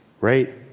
right